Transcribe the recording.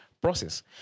process